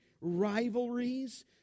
rivalries